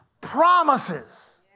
promises